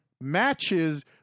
matches